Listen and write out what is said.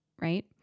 right